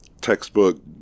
textbook